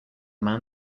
man